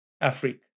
Africa